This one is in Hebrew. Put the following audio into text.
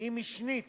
היא משנית